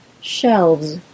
shelves